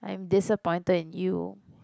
I'm disappointed in you